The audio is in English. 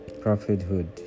prophethood